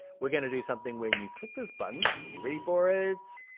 we're going to do something, when you click this button, you're ready for it?